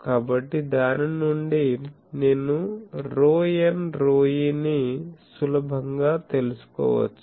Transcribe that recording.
కాబట్టి దాని నుండి నేను ρn ρe నీ సులభంగా తెలుసుకోవచ్చు